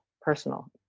personal